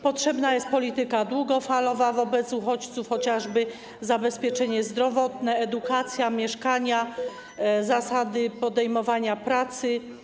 Potrzebna jest polityka długofalowa wobec uchodźców, chociażby zabezpieczenie zdrowotne, edukacja, mieszkania, zasady podejmowania pracy.